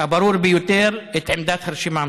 הברור ביותר את עמדת הרשימה המשותפת: